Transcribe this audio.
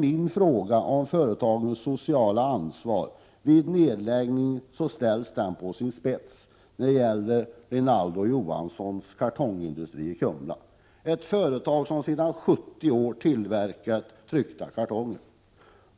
Min fråga om företagens sociala ansvar vid nedläggning ställs på sin spets när det gäller Rinaldo & Johanssons kartongindustri i Kumla — ett företag som sedan 70 år tillbaka har tillverkat tryckta kartonger.